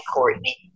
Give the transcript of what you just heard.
Courtney